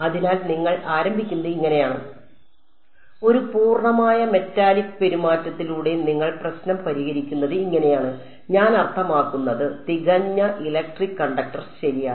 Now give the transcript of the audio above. അതിനാൽ നിങ്ങൾ ആരംഭിക്കുന്നത് ഇങ്ങനെയാണ് ഒരു പൂർണ്ണമായ മെറ്റാലിക് പെരുമാറ്റത്തിലൂടെ നിങ്ങൾ പ്രശ്നം പരിഹരിക്കുന്നത് ഇങ്ങനെയാണ് ഞാൻ അർത്ഥമാക്കുന്നത് തികഞ്ഞ ഇലക്ട്രിക് കണ്ടക്ടർ ശരിയാണ്